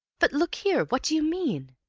but look here, what do you mean?